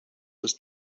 was